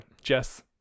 Jess